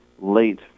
late